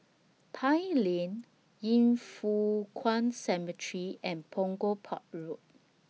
Pine Lane Yin Foh Kuan Cemetery and Punggol Port Road